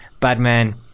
Batman